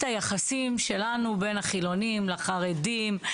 היחסים שלנו בין החילוניים לחרדים,